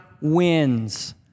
wins